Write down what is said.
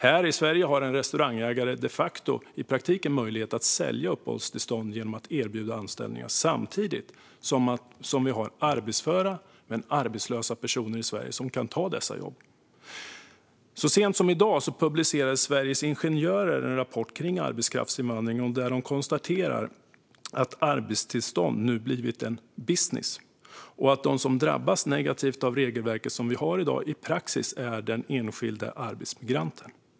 Här i Sverige har en restaurangägare i praktiken möjlighet att sälja uppehållstillstånd genom att erbjuda anställningar, samtidigt som vi har arbetsföra men arbetslösa personer i Sverige som kan ta dessa jobb. Så sent som i dag publicerade Sveriges Ingenjörer en rapport om arbetskraftsinvandring, där man konstaterar att arbetstillstånd nu blivit en business och att den som i praktiken drabbas negativt av det regelverk vi har i dag är den enskilde arbetsmigranten.